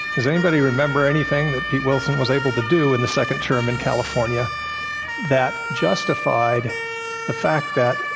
does anybody remember anything that pete wilson was able to do in the second term in california that justified the fact that,